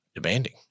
demanding